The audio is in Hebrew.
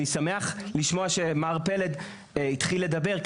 שמח לשמוע שמר פלד התחיל לדבר,